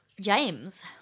James